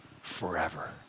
forever